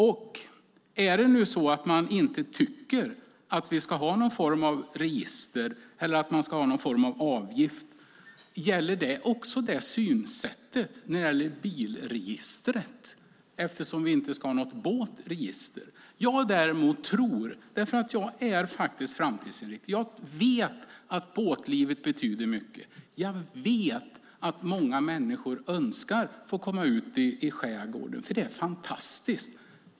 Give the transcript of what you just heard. Och är det nu så att man inte tycker att vi ska ha någon form av register eller någon form av avgift undrar jag: Gäller det synsättet också när det gäller bilregistret? Jag undrar det, eftersom vi inte ska ha något båtregister. Jag är faktiskt framtidsinriktad. Jag vet att båtlivet betyder mycket. Jag vet att många människor önskar att få komma ut i skärgården, för det är fantastiskt.